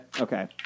Okay